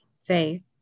faith